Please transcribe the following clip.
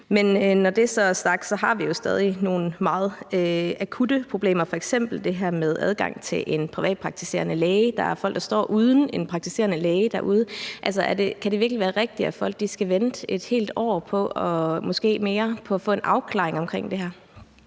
Men når det så er sagt, har vi jo stadig nogle meget akutte problemer, f.eks. det her med adgang til en privatpraktiserende læge. Der er folk, der står uden en praktiserende læge derude. Kan det virkelig være rigtigt, at folk skal vente et helt år og måske mere på at få en afklaring af det her?